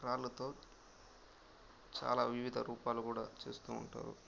రాళ్ళతో చాలా వివిధ రూపాలు కూడా చేస్తూ ఉంటారు